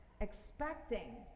expecting